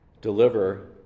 deliver